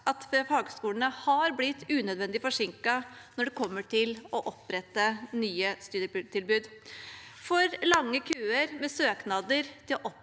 at fagskolene har blitt unødvendig forsinket med å opprette nye studietilbud. For lange køer med søknader om å opprette